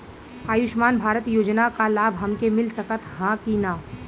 आयुष्मान भारत योजना क लाभ हमके मिल सकत ह कि ना?